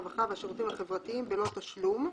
הרווחה והשירותים החברתיים בלא תשלום,